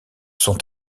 sont